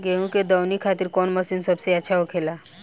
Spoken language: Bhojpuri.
गेहु के दऊनी खातिर कौन मशीन सबसे अच्छा होखेला?